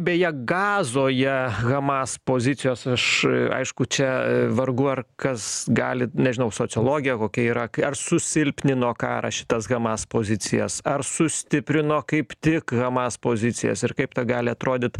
beje gazoje hamas pozicijos aš aišku čia vargu ar kas gali nežinau sociologija kokia yra ar susilpnino karą šitas hamas pozicijas ar sustiprino kaip tik hamas pozicijas ir kaip tą gali atrodyt